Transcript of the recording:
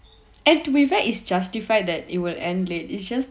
and that is justified that we will end late it's just